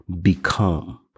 become